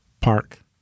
park